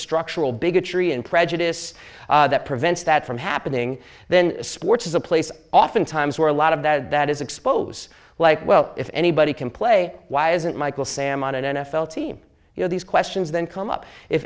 struck bigotry and prejudice that prevents that from happening then sports is a place oftentimes where a lot of that that is expose like well if anybody can play why isn't michael sam on an n f l team you know these questions then come up if